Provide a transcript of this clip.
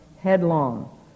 headlong